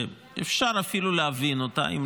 שאפשר להבין אותה אפילו,